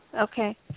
Okay